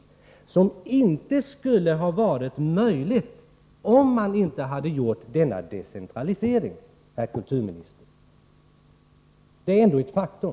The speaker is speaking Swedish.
Det skulle inte ha varit möjligt om man inte hade gjort denna decentralisering, herr kulturminister. Detta är ett faktum.